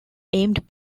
aimed